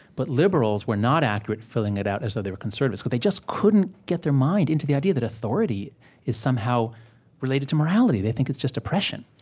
but liberals were not accurate filling it out as though they were conservatives, because but they just couldn't get their mind into the idea that authority is somehow related to morality they think it's just oppression.